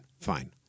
fine